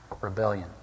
rebellion